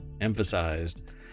emphasized